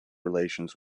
relations